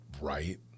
right